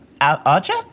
Archer